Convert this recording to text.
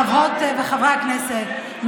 חברות וחברי הכנסת,